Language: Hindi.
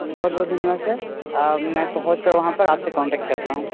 बहुत बहुत धन्यवाद सर मैं पहुँचकर वहाँ पर आप से कॉन्टैक्ट करता हूँ